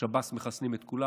שב"ס מחסנים את כולם.